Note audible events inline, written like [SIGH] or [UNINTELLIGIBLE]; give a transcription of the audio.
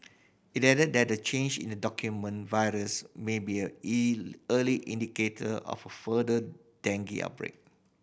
it added that the change in the dominant virus may be a [UNINTELLIGIBLE] early indicator of further dengue outbreak